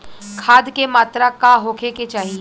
खाध के मात्रा का होखे के चाही?